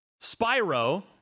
Spyro